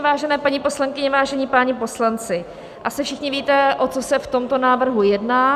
Vážené paní poslankyně, vážení páni poslanci, asi všichni víte, o co se v tomto návrhu jedná.